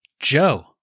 Joe